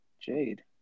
jade